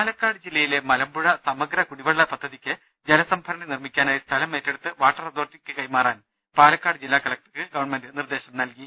പാലക്കാട് ജില്ലയിലെ മലമ്പുഴ സമഗ്ര കുടിവെള്ള പദ്ധതിക്ക് ജലസംഭരണി നിർമ്മിക്കാനായി സ്ഥലം ഏറ്റെടുത്ത് വാട്ടർ അതോറിറ്റിക്ക് കൈമാറാൻ പാലക്കാട് ജില്ലാ കലക്ടർക്ക് ഗവർണമെന്റ് നിർദ്ദേശം നൽകി